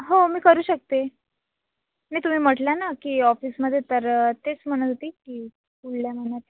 हो मी करू शकते नाही तुम्ही म्हटला ना की ऑफिसमध्ये तर तेच म्हणत होती की पुढल्या महिन्यात